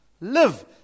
live